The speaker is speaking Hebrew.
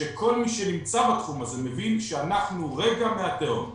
שכל מי שנמצא בתחום הזה, מבין שאנחנו רגע מהתהום.